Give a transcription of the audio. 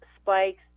spikes